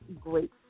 great